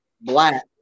black